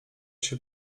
się